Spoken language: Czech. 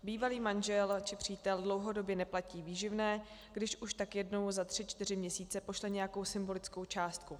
Bývalý manžel či přítel dlouhodobě neplatí výživné, když už, tak jednou za tři čtyři měsíce pošle nějakou symbolickou částku.